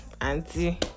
auntie